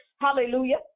Hallelujah